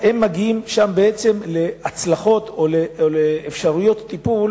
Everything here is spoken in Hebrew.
הם מגיעים שם להצלחות או לאפשרויות טיפול